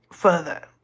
further